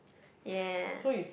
ya